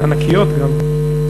היו ענקיות גם.